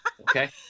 Okay